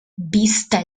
vista